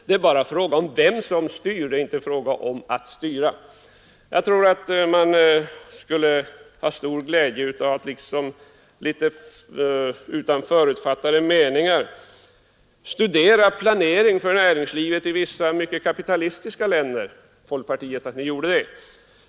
Det är bara fråga om vem som styr, det är inte fråga om huruvida det skall vara en styrning. Jag tror att man skulle ha stor glädje av att folkpartiet utan förutfattade meningar studerade planeringen för näringslivet i vissa mycket kapitalistiska länder.